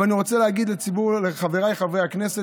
אבל אני רוצה להגיד לחבריי חברי הכנסת